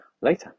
later